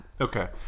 Okay